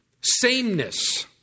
sameness